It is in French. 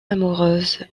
amoureuse